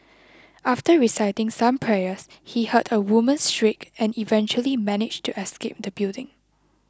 after reciting some prayers he heard a woman's shriek and eventually managed to escape the building